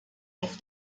auf